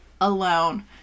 alone